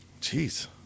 Jeez